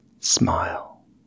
smile